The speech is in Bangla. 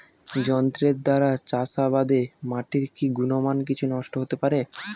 যন্ত্রের দ্বারা চাষাবাদে মাটির কি গুণমান কিছু নষ্ট হতে পারে?